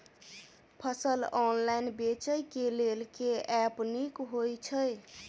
फसल ऑनलाइन बेचै केँ लेल केँ ऐप नीक होइ छै?